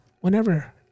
whenever